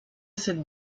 cette